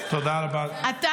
תודה רבה, גברתי.